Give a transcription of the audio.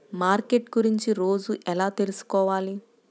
Market గురించి రోజు ఎలా తెలుసుకోవాలి?